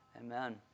Amen